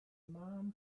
mom